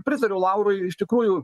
pritariu laurui iš tikrųjų